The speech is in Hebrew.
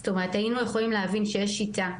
זאת אומרת היינו יכולים להבין שיש שיטה,